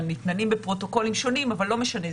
הם מתנהלים בפרוטוקולים שונים, אבל לא משנה.